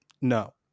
No